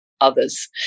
others